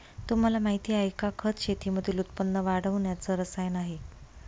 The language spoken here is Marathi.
तुम्हाला माहिती आहे का? खत शेतीमधील उत्पन्न वाढवण्याच रसायन आहे